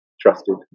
trusted